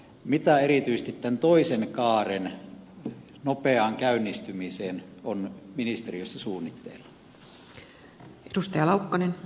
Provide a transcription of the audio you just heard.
mitä erityisesti tämän toisen kaaren nopeaksi käynnistymiseksi on ministeriössä suunnitteilla